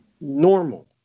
Normal